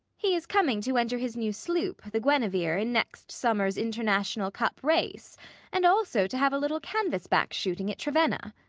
he is coming to enter his new sloop, the guinevere, in next summer's international cup race and also to have a little canvasback shooting at trevenna.